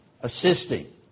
assisting